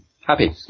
happy